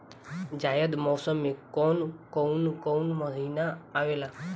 जायद मौसम में कौन कउन कउन महीना आवेला?